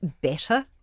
better